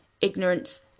ignorance